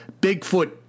Bigfoot